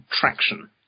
traction